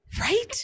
Right